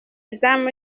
izamu